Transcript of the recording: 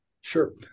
Sure